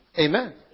Amen